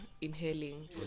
inhaling